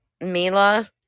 Mila